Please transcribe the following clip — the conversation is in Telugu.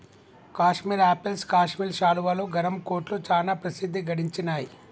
కాశ్మీర్ ఆపిల్స్ కాశ్మీర్ శాలువాలు, గరం కోట్లు చానా ప్రసిద్ధి గడించినాయ్